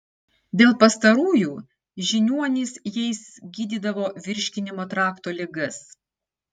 dėl pastarųjų žiniuonys jais gydydavo virškinimo trakto ligas